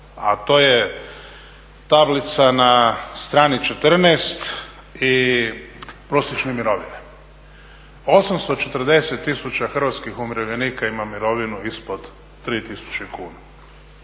a to je tablica na strani 14 i prosječne mirovine. 840 tisuća hrvatskih umirovljenika ima mirovinu ispod 3000 kuna.